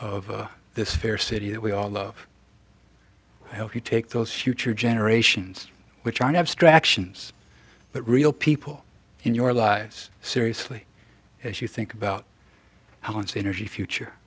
of this fair city that we all know how to take those few true generations which aren't abstractions but real people in your lives seriously as you think about how much energy future